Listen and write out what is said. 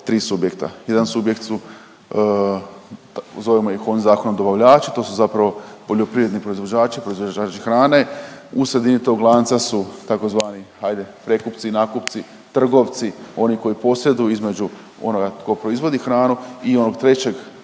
tri subjekta, jedan subjekt su zovemo ih u ovom zakonu dobavljači, to su zapravo poljoprivredni proizvođači, proizvođači hrane, u sredini tog lanca su tzv. hajde prekupci, nakupci, trgovci, oni koji posreduju između onoga tko proizvodi hranu i onog trećeg,